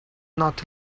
not